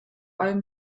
allem